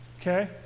Okay